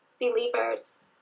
believers